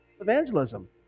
evangelism